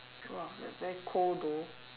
!wah! like very cold though